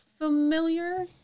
Familiar